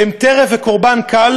הם טרף וקורבן קל